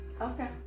Okay